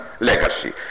legacy